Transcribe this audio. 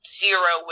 zero